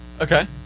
Okay